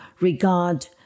regard